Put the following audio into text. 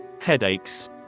Headaches